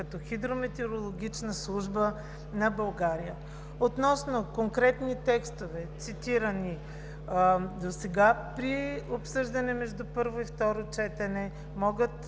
като хидрометеорологична служба на България. Относно конкретните текстове, цитирани досега при обсъждане между първо и второ четене, могат